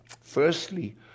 Firstly